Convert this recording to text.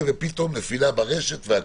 ופתאום נפילה ברשת.